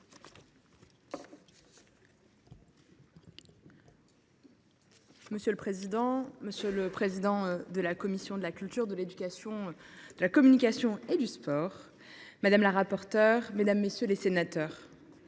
Monsieur le président, monsieur le président de la commission de la culture, de l’éducation, de la communication et du sport, madame la rapporteure, mesdames, messieurs les sénateurs,